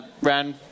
ran